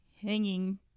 hanging